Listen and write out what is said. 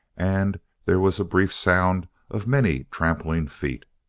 and there was a brief sound of many trampling feet.